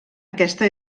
aquesta